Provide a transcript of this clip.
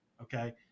Okay